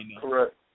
Correct